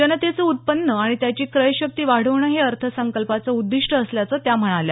जनतेचं उत्पन्न आणि त्यांची क्रय शक्ती वाढवणं हे अर्थसंकल्पाचं उद्दिष्ट असल्याचं त्या म्हणाल्या